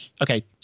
Okay